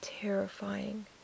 terrifying